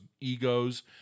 egos